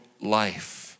life